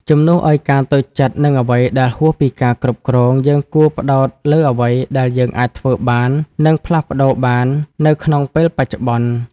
ជំនួសឱ្យការតូចចិត្តនឹងអ្វីដែលហួសពីការគ្រប់គ្រង យើងគួរផ្តោតលើអ្វីដែលយើងអាចធ្វើបាន និងផ្លាស់ប្តូរបាននៅក្នុងពេលបច្ចុប្បន្ន។